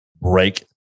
break